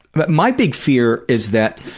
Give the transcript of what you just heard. but my big fear is that,